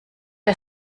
der